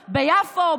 ביפו,